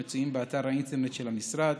שמצויים באתר האינטרנט של המשרד